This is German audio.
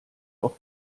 auch